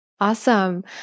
Awesome